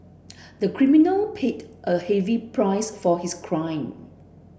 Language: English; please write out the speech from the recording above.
the criminal paid a heavy price for his crime